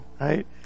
right